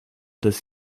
des